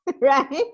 right